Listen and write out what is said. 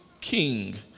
king